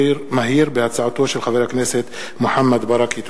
הצעתו של חבר הכנסת מוחמד ברכה.